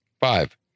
Five